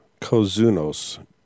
Kozunos